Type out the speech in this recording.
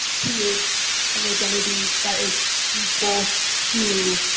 create an identity that is equal to